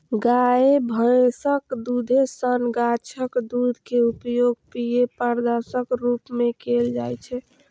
गाय, भैंसक दूधे सन गाछक दूध के उपयोग पेय पदार्थक रूप मे कैल जाइ छै